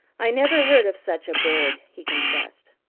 i never heard of such a bird, he confessed.